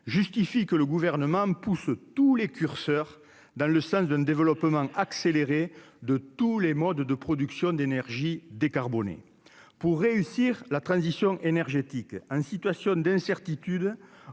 justifie que le gouvernement pousse tous les curseurs dans le sens d'un développement accéléré de tous les modes de production d'énergies décarbonnées pour réussir la transition énergétique hein, situation d'incertitude,